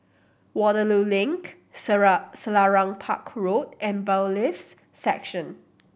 Waterloo Link Selarang Park Road and Bailiffs' Section